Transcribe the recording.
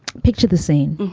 picture the scene.